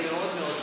זה יהיה מאוד מאוד,